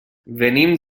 venim